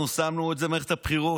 אנחנו שמנו את זה במערכת הבחירות.